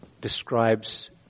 describes